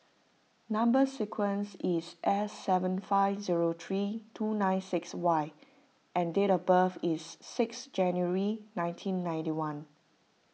Number Sequence is S seven five zero three two nine six Y and date of birth is six January nineteen ninety one